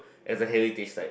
as a heritage site